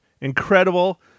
incredible